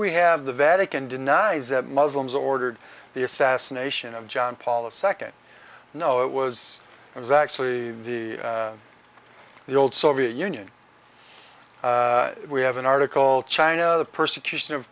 we have the vatican denies that muslims ordered the assassination of john paul the second no it was it was actually the the old soviet union we have an article china the persecution of